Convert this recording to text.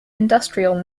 industrial